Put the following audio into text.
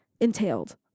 entailed